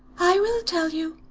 i will tell you.